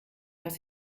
dass